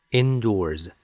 indoors